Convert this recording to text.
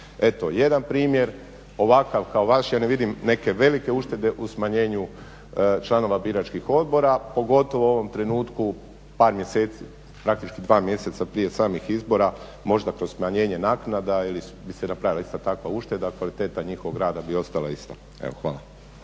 Eto jedan primjer ovakav kao vaš, ja ne vidim neke velike uštede u smanjenju članova biračkih odbora, pogotovo u ovom trenutku par mjeseci, praktički 2 mjeseca prije samih izbora, možda kroz smanjenje naknada ili bi se napravila isto takva ušteda, kvaliteta njihovog rada bi ostala ista. Hvala.